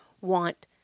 want